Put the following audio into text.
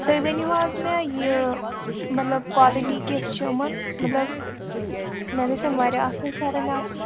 تُہۍ ؤنِو حظ مےٚ یہِ مطلب کولٹی کِژھ چھِ یِمَن مطلب مےٚ گژھن واریاہ اَصٕل فٮ۪رَن آسٕنۍ